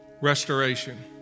restoration